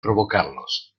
provocarlos